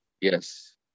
Yes